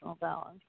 balance